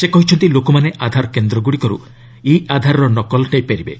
ସେ କହିଛନ୍ତି ଲୋକମାନେ ଆଧାର କେନ୍ଦ୍ରଗୁଡ଼ିକରୁ ଇ ଆଧାରର ନକଲ ନେଇପାରିବେ